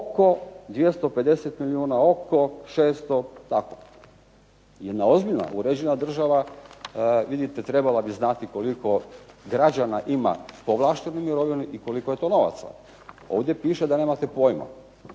oko 250 milijuna, oko 600 tako. Jedna ozbiljna uređena država vidite trebala bi znati koliko građana ima povlaštenu mirovinu i koliko je to novaca. Ovdje piše da nemate pojma.